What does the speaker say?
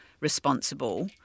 responsible